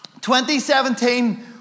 2017